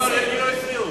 לי לא הפריעו.